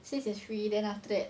since it's free then after that